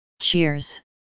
Cheers